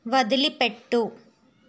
వదిలిపెట్టు